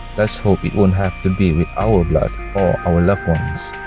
let's hope it won't have to be with our blood or our loved ones.